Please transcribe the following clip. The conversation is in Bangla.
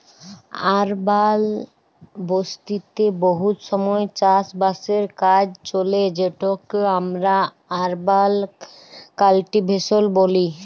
আরবাল বসতিতে বহুত সময় চাষ বাসের কাজ চলে যেটকে আমরা আরবাল কাল্টিভেশল ব্যলি